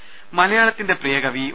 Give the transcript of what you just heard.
ദുദ മലയാളത്തിന്റെ പ്രിയകവി ഒ